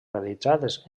realitzades